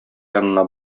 янына